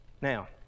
Now